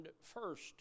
first